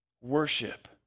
Worship